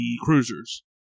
cruisers